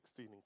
16